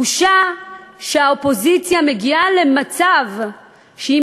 בושה שהאופוזיציה מגיעה למצב שהיא